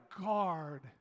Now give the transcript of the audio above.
guard